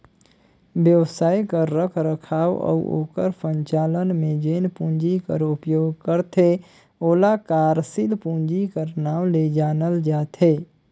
बेवसाय कर रखरखाव अउ ओकर संचालन में जेन पूंजी कर उपयोग करथे ओला कारसील पूंजी कर नांव ले जानल जाथे